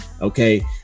okay